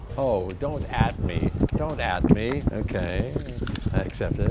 oh, don't at me, don't at me. okay, i accept ah